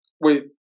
wait